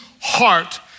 heart